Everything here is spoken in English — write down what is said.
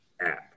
app